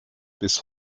bis